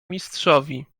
mistrzowi